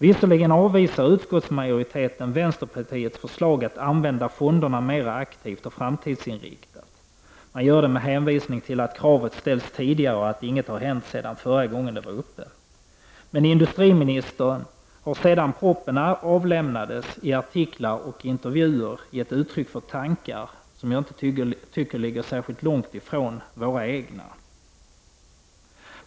Visserligen avvisar utskottsmajoriteten vänsterpartiets förslag att använda fonderna mera aktivt och framtidsinriktat. Man gör det med hänvisning till att kravet ställts tidigare och att inget hänt sedan förra gången det var uppe. Men industriministern har sedan propositionen avlämnades i artiklar och intervjuer gett uttryck för tankar som jag tycker inte ligger alltför långt från våra egna.